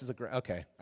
Okay